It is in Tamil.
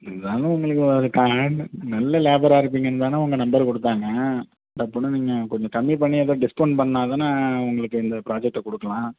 இது தாங்க உங்கள் நல்ல லேபராக இருக்கீங்கன்னுதான நம்பர் கொடுத்தாங்க டப்புன்னு நீங்கள் கம்மி பண்ணி ஏதுவும் டிஸ்கவுண்ட் பண்ணாதானே உங்களுக்கு இந்த பிராஜெக்ட்டை கொடுக்கலாம்